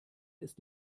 ist